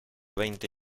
veinte